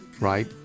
right